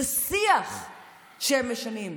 זה שיח שהם משנים.